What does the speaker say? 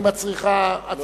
יעלה